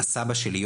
הסבא שלי,